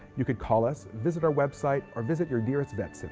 you can call us, visit our website, or visit your nearest vet